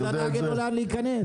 אני יודע את זה.